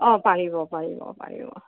অ পাৰিব পাৰিব পাৰিব